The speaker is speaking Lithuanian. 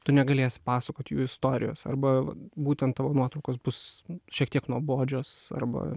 tu negalėsi pasakot jų istorijos arba būtent tavo nuotraukos bus šiek tiek nuobodžios arba